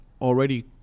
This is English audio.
already